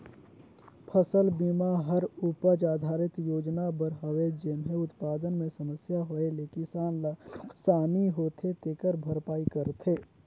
फसल बिमा हर उपज आधरित योजना बर हवे जेम्हे उत्पादन मे समस्या होए ले किसान ल नुकसानी होथे तेखर भरपाई करथे